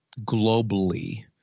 globally